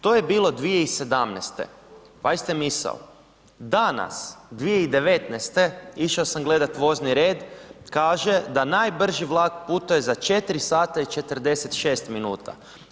To je bilo 2017., pazite misao, danas 2019. išao sam gledati vozni red kaže da najbrži vlak putuje za 4 sata i 46 minuta.